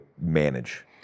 manage